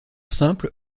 simple